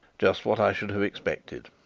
just what i should have expected.